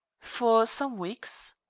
for some weeks.